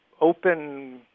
open